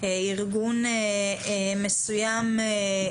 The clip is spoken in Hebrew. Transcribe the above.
ארגון מסוים,